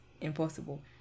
impossible